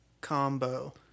combo